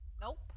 Nope